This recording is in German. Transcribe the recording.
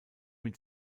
mit